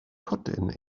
pwdin